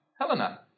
Helena